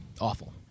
Awful